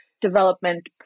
development